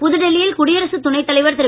புதுடில்லியில் குடியரசுத் துணைத் தலைவர் திரு